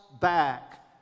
back